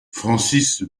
francis